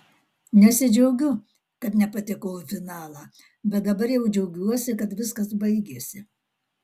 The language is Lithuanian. nesidžiaugiu kad nepatekau į finalą bet dabar jau džiaugiuosi kad viskas baigėsi